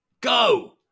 Go